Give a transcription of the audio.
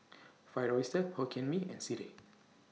Fried Oyster Hokkien Mee and Sireh